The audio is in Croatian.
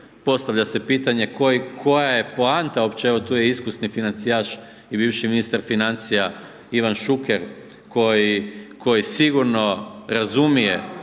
postavlja se pitanje koja je poanta uopće, evo tu je iskusni financijaš i bivši ministar financija Ivan Šuker koji, koji sigurno razumije